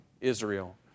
Israel